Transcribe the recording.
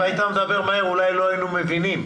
אם היית מדבר מהר אולי לא היינו מבינים,